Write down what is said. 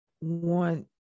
want